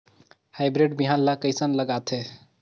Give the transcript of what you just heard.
Hybrid बिहान ला कइसन लगाथे?